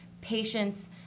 patience